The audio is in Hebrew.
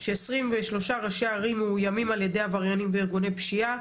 ש-23 ראשי ערים מאויימים על ידי עבריינים וארגוני פשיעה,